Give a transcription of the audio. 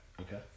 Okay